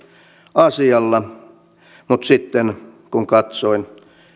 asialla mutta sitten kun katsoin